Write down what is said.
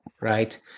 right